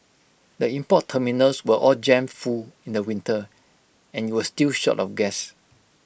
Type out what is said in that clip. the import terminals were all jammed full in the winter and you were still short of gas